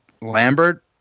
Lambert